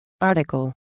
Article